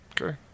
Okay